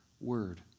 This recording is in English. word